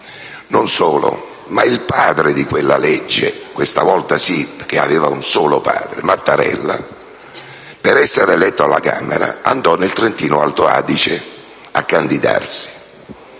Non solo, ma il padre di quella legge - questa volta sì, perché aveva un solo padre, Mattarella - per essere eletto alla Camera, andò in Trentino-Alto Adige a candidarsi.